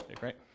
right